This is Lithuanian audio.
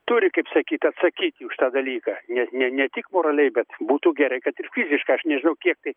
turi kaip sakyt atsakyti už tą dalyką ne ne ne tik moraliai bet būtų gerai kad ir fiziškai aš nežinau kiek tai